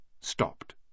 stopped